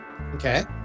Okay